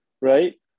Right